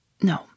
No